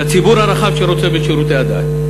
את הציבור הרחב שרוצה בשירותי הדת.